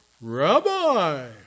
Rabbi